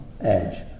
edge